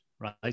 right